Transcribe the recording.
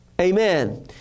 Amen